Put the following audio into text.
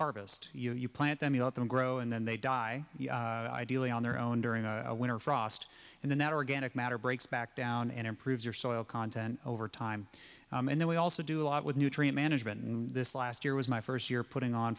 harvest you plant them you let them grow and then they die ideally on their own during the winter frost and then that organic matter breaks back down and improves your soil content over time and then we also do a lot with nutrient management and this last year was my first year putting on